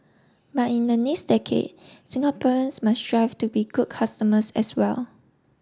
but in the next decade Singaporeans must strive to be good customers as well